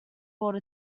brought